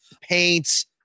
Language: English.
Paints